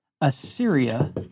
Assyria